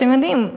אתם יודעים,